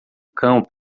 cão